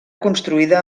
construïda